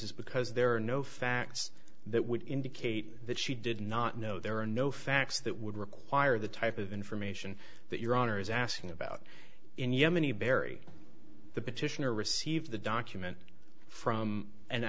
is because there are no facts that would indicate that she did not know there are no facts that would require the type of information that your honor is asking about in yemeni barry the petitioner received the document from an